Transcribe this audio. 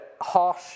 harsh